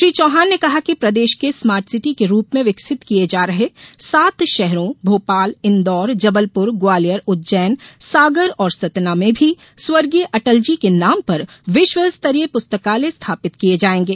श्री चौहान ने कहा कि प्रदेश के स्मार्ट सिटी के रूप में विकसित किये जा रहे सात शहरों भोपाल इंदौर जबलपुर ग्वालियर उज्जैन सागर और सतना में भी स्वर्गीय अटलजी के नाम पर विश्व स्तरीय पुस्तकालय स्थापित किये जाएगें